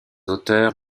auteurs